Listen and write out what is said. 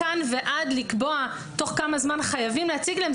מכאן ועד לקבוע תוך כמה זמן חייבים להציג להם,